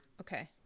okay